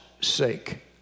sake